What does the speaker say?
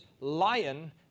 lion